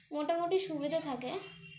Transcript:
মোটামুটি সুবিধা থাকে